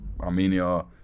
Armenia